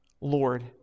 Lord